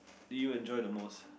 did you enjoy the most